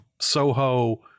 Soho